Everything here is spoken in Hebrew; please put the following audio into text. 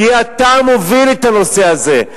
תהיה אתה המוביל את הנושא הזה.